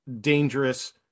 dangerous